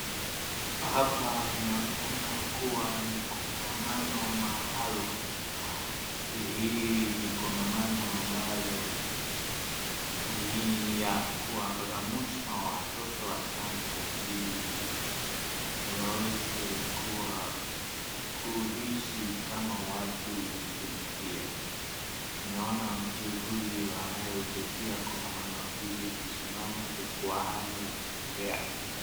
Hapa inaonekana kuwa ni kongamano maaalum. Hii ni kongamano ambalo ni ya kuwakakamusha watoto wachanga ili waweze kuwa, Kuhisi kama watu wengine pia. Naona mtu huyu ambaye anahutubia kongamano hili amesimama jukwaani akiongea.